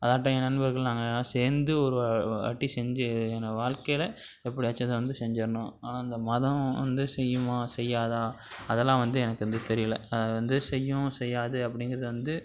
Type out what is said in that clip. அதாட்டம் என் நண்பர்கள் நாங்கள் எல்லாம் சேர்ந்து ஒரு வாட்டி செஞ்சு என்னோட வாழ்க்கையில எப்படியாச்சும் அதை வந்து செஞ்சிரணும் ஆனால் அந்த மதம் வந்து செய்யுமா செய்யாதா அதெல்லாம் வந்து எனக்கு வந்து தெரியல அதை வந்து செய்யும் செய்யாது அப்படிங்கிறது வந்து